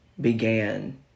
began